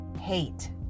hate